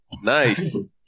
Nice